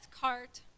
cart